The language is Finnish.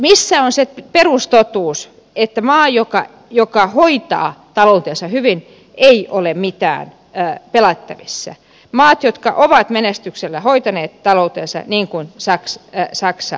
missä on se perustotuus että maalla joka hoitaa taloutensa hyvin ei ole mitään pelättävissä mailla jotka ovat menestyksellä hoitaneet taloutensa niin kuin saksa ja ruotsi